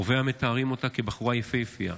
קרוביה מתארים אותה כבחורה יפהפייה,